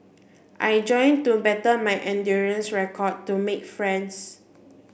I joined to better my endurance record to make friends